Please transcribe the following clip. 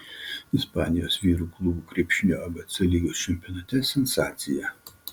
ispanijos vyrų klubų krepšinio abc lygos čempionate sensacija